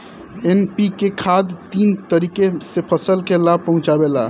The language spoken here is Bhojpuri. एन.पी.के खाद तीन तरीके से फसल के लाभ पहुंचावेला